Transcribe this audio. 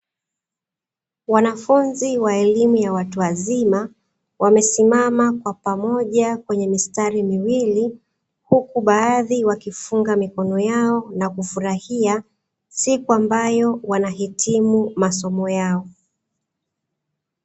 Wanafunzi wa elimu ya watu wazima wamesimama kwa pamoja kwenye mistari miwili, huku baadhi wakifunga mikono yao na kufurahia siku ambayo wanahitimu masomo yao.